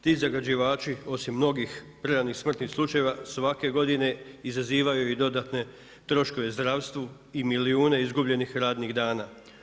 Ti zagađivači osim mnogih preranih smrtnih slučajeva svake godine izazivaju i dodatne troškove zdravstvu i milijune izgubljenih radnih dana.